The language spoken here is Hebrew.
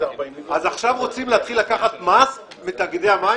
אז עכשיו רוצים להתחיל לקחת מס מתאגידי המים